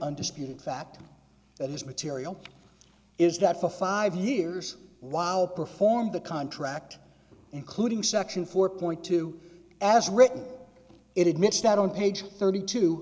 undisputed fact that this material is that for five years while performed the contract including section four point two as written it admits that on page thirty two